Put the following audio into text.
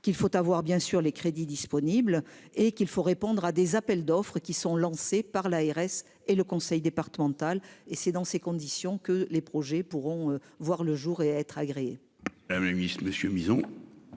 qu'il faut avoir bien sûr les crédits disponibles et qu'il faut répondre à des appels d'offres qui sont lancés par l'ARS et le conseil départemental et c'est dans ces conditions que les projets pourront voir le jour et être agréé. Un mécanisme monsieur en.